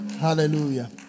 Hallelujah